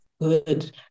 good